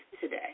today